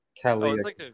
Kelly